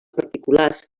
particulars